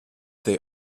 they